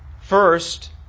first